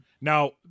Now